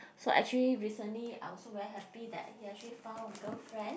so actually recently I also very happy that he actually found a girlfriend